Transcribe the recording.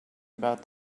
about